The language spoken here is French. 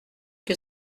que